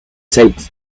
taped